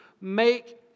make